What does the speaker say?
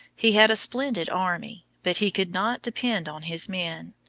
he had a splendid army, but he could not depend on his men.